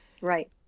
Right